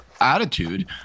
attitude